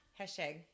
Hashtag